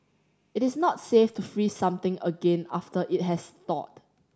it is not safe to freeze something again after it has thawed